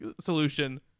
solution